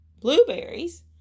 blueberries